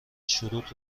شروط